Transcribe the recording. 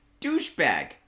douchebag